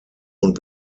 und